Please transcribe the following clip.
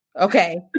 okay